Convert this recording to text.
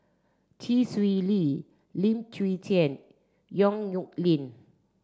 Chee Swee Lee Lim Chwee Chian Yong Nyuk Lin